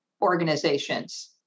organizations